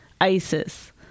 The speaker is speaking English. ISIS